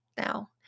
now